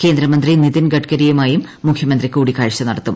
കേന്ദ്രമന്ത്രി നിതിൻ ഗഡ്കരിയുമായും മുഖ്യമന്ത്രി കൂടിക്കാഴ്ച നടത്തും